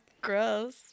Gross